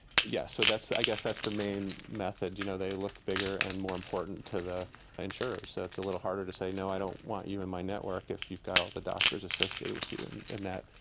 yes. so that's, i guess that's the main method. you know, they look bigger and more important to the insurers, so it's a little harder to say, no, i don't want you in my network if you've got all the doctors associated with you. and and that,